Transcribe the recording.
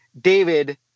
David